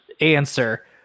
answer